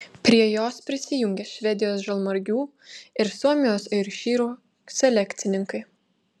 prie jos prisijungė švedijos žalmargių ir suomijos airšyrų selekcininkai